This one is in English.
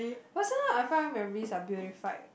but sometimes I feel memories are beautified